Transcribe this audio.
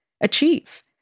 achieve